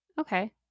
Okay